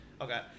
Okay